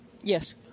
Yes